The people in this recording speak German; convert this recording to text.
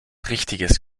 richtiges